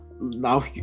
now